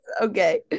Okay